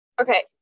Okay